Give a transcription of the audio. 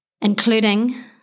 including